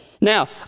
now